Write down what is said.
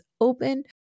open